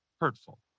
hurtful